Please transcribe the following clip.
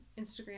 Instagram